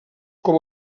com